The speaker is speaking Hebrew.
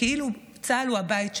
כאילו צה"ל הוא הבית שלהם,